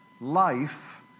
Life